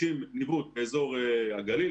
קובעים ניווט באזור הגליל,